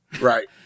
Right